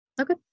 Okay